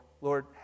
Lord